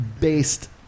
based